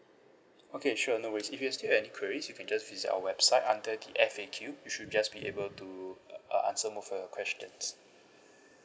okay sure no worries if you still have any queries you can just visit our website under the F_A_Q it should just be able to uh answer most of your questions